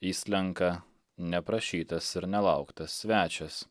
įslenka neprašytas ir nelauktas svečias